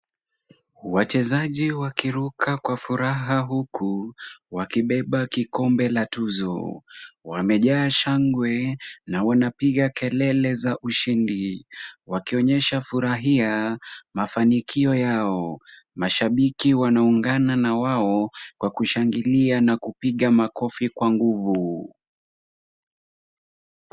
Wachezaji wakiruka kwa furaha huku wakibeba kikombe la tuzo. Wamejaa shangwe na wanapiga kelele za ushindi wakionyesha furahia mafanikio yao. Mashabiki wanaungana na wao kwa kushangilia na kupiga makofi kwa nguvu.